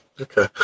okay